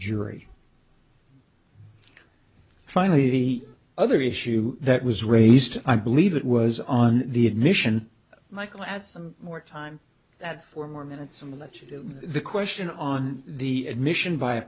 jury finally the other issue that was raised i believe it was on the admission michael had more time that four more minutes and left the question on the admission by a